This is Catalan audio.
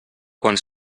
quan